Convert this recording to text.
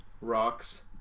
Rocks